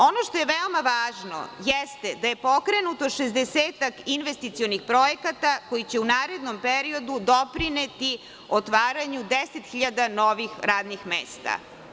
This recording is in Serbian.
Ono što je veoma važno jeste da je pokrenuto šezdesetak investicionih projekata koji će u narednom periodu doprineti otvaranju 10.000 novih radnih mesta.